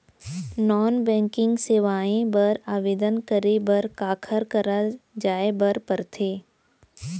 non banking सेवाएं बर आवेदन करे बर काखर करा जाए बर परथे